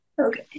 Okay